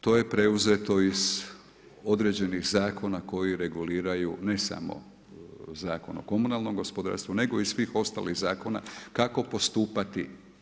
To je preuzeto iz određenih zakona koji reguliraju ne samo Zakon o komunalnom gospodarstvu, nego i svih ostalih zakona kako postupati.